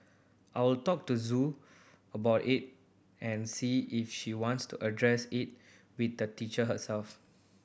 I'll talk to Zoe about it and see if she wants to address it with the teacher herself